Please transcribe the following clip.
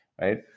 Right